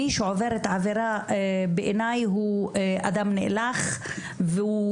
מי שעובר את העבירה הזאת בעיניי הוא אדם נאלח והוא